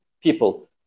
people